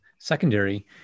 secondary